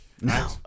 No